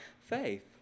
faith